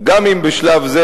גם אם בשלב זה,